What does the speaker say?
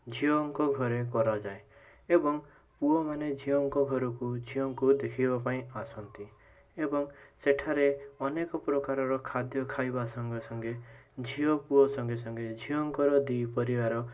ଝିଅଙ୍କ ଘରେ କରାଯାଏ ଏବଂ ପୁଅମାନେ ଝିଅଙ୍କଘରକୁ ଝିଅଙ୍କୁ ଦେଖିବାପାଇଁ ଆସନ୍ତି ଏବଂ ସେଠାରେ ଅନେକପ୍ରକାରର ଖାଦ୍ୟ ଖାଇବା ସଙ୍ଗେସଙ୍ଗେ ଝିଅ ପୁଅ ସଙ୍ଗେସଙ୍ଗେ ଝିଅଙ୍କର ଦୁଇ ପରିବାର